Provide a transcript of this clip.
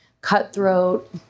cutthroat